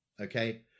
Okay